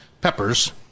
peppers